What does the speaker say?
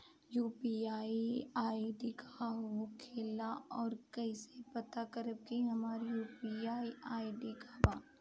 UPI ID का होखेला और कईसे पता करम की हमार यू.पी.आई आई.डी का बा?